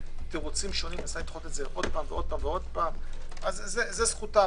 ובתירוצים שונים מנסה לדחות את זה שוב ושוב - זו זכותה.